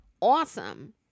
awesome